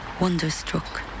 wonderstruck